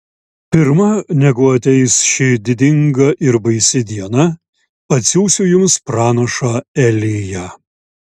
pirma negu ateis ši didinga ir baisi diena atsiųsiu jums pranašą eliją